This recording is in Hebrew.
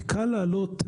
כי קל להעלות,